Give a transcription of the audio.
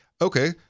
Okay